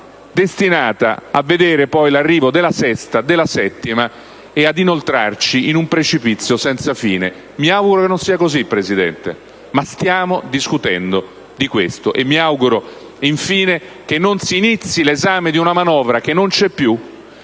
destinata a vedere poi l'arrivo della sesta, della settima, e che ci inoltriamo in un precipizio senza fine. Mi auguro che non sia così, signor Presidente, ma stiamo discutendo di questo. E mi auguro, infine, che non si inizi l'esame di una manovra che non c'è più,